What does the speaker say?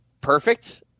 perfect